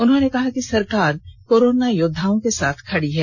उन्होंने कहा कि सरकार योद्वाओं के साथ खड़ी है